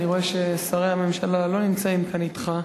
אני רואה ששרי הממשלה לא נמצאים כאן אתך.